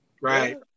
Right